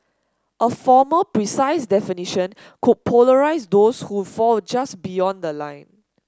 a formal precise definition could polarise those who fall just beyond the line